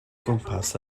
gwmpas